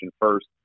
first